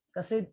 Kasi